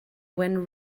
when